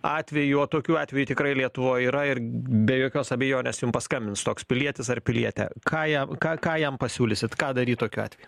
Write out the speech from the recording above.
atvejų o tokių atvejų tikrai lietuvoj yra ir be jokios abejonės jum paskambins toks pilietis ar pilietė ką jam ką ką jam pasiūlysit ką daryt tokiu atveju